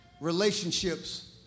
relationships